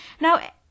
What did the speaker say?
Now